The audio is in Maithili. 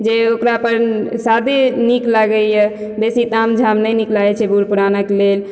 जे ओकरापर सादे नीक लागइए बेसी ताम झाम नहि नीक लागय छै बुढ़ पुरानक लेल